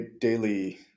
daily